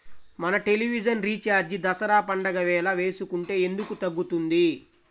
మన television recharge Dasara పండగ వేళ వేసుకుంటే ఎందుకు తగ్గుతుంది?